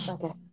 Okay